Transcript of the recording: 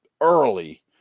early